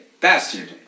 bastard